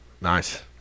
Nice